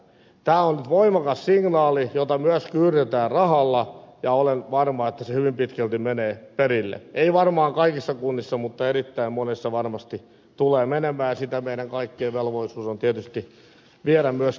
tämä on nyt voimakas signaali jota myös kyyditetään rahalla ja olen varma että se hyvin pitkälti menee perille ei varmaan kaikissa kunnissa mutta erittäin monessa varmasti tulee menemään ja sitä meidän kaikkien velvollisuus on tietysti viedä myöskin eteenpäin